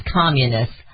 Communists